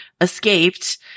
escaped